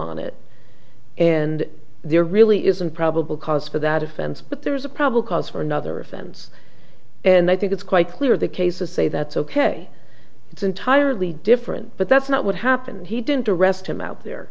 on it and there really isn't probable cause for that offense but there is a probable cause for another offense and i think it's quite clear the cases say that's ok it's entirely different but that's not what happened he didn't arrest him out there